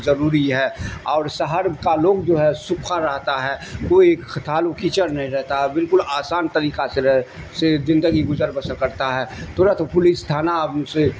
ضروری ہے اور شہر کا لوگ جو ہے سکھر رہتا ہے کوئی تھالو کییچڑ نہیں رہتا ہے بالکل آسان طریقہ سے رہ سے زندگی گزر بسر کرتا ہے ترنت پولیس تھانا اب سے